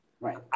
Right